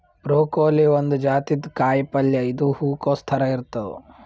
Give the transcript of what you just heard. broccoli ಒಂದ್ ಜಾತಿದ್ ಕಾಯಿಪಲ್ಯ ಇದು ಹೂಕೊಸ್ ಥರ ಇರ್ತದ್